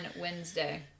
Wednesday